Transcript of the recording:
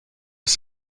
was